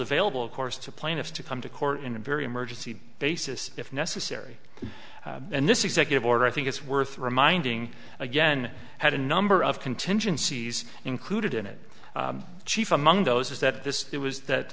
available of course to plaintiffs to come to court in a very emergency basis if necessary and this executive order i think it's worth reminding again had a number of contingencies included in it chief among those is that this it was that